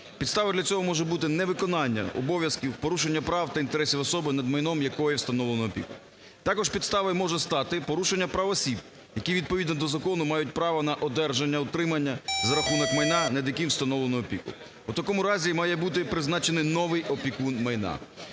Підстава для цього може бути - невиконання обов'язків, порушення прав та інтересів особи, над майном якої встановлено опіку. Також підставою може стати порушення прав осіб, які відповідно до закону мають право на одержання, утримання за рахунок майна, над яким встановлено опіку. У такому разі має бути призначений новий опікун майна.